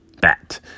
Bat